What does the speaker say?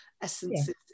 essences